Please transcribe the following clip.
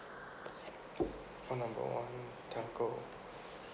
call number one telco